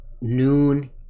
noon